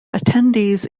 attendees